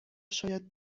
شاید